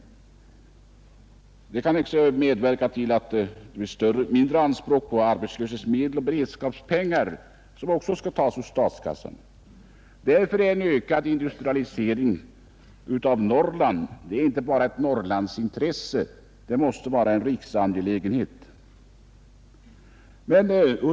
Detta kan också medföra att det blir mindre anspråk på arbetslöshetsmedel och beredskapspengar, som också skall tas ur statskassan. Därför är en ökad industrialisering av Norrland inte bara ett Norrlandsintresse. Den måste vara en riksangelägenhet.